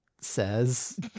says